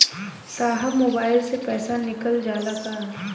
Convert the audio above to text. साहब मोबाइल से पैसा निकल जाला का?